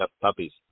Puppies